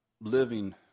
living